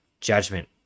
judgment